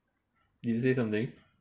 did you say something